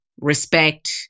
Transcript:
respect